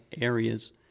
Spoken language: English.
areas